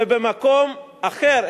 ובמקום אחר,